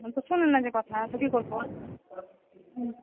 হুঁ তো শোনে না যে কথা তো কী করবো হুম